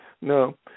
No